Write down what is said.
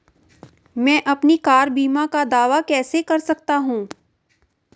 मैं अपनी कार बीमा का दावा कैसे कर सकता हूं?